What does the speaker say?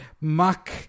Muck